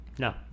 No